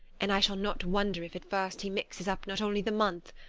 and i shall not wonder if at first he mixes up not only the month,